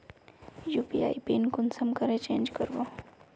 UPI pin कुंसम करे change करबो?